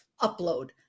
upload